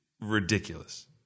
ridiculous